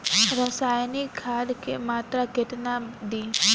रसायनिक खाद के मात्रा केतना दी?